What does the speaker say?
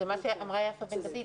היא מה שאמרה יפה בן דוד.